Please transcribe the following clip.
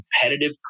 competitive